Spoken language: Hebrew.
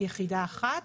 יחידה אחת.